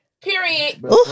Period